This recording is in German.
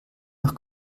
doch